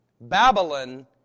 Babylon